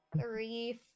three